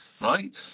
right